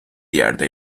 yerde